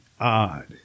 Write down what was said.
odd